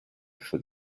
for